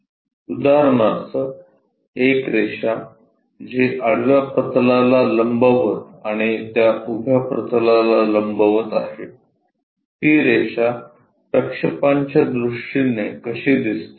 उदाहरणार्थ एक रेषा जी आडव्या प्रतलाला लंबवत आणि त्या उभ्या प्रतलाला लंबवत आहे ती रेषा प्रक्षेपांच्या दृष्टीने कशी दिसते